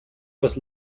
was